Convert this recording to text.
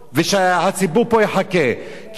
כי הממשלה מודעת.